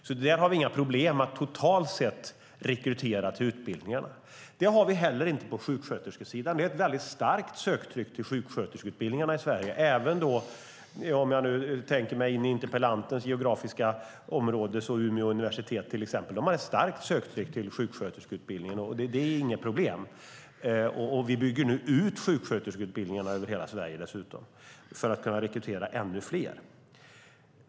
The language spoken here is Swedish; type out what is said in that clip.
Där har vi alltså inga problem att totalt sett rekrytera till utbildningarna. Det har vi heller inte på sjuksköterskesidan. Vi har ett starkt söktryck till sjuksköterskeutbildningarna. Även när det gäller interpellantens geografiska hemområde har till exempel Umeå universitet ett starkt söktryck till sjuksköterskeutbildningen. Vi bygger nu dessutom ut sjuksköterskeutbildningarna över hela Sverige för att kunna rekrytera ännu fler.